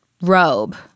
robe